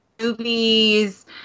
movies